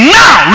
now